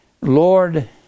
Lord